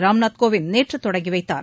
ராம்நாத் கோவிந்த் நேற்று தொடங்கி வைத்தார்